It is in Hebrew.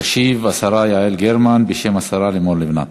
תשיב השרה יעל גרמן בשם השרה לימור לבנת.